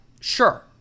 sure